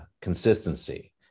consistency